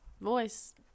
voice